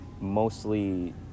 mostly